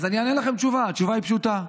אז אני אענה לכם תשובה, והתשובה פשוטה: